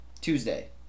Tuesday